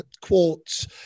quotes